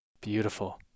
beautiful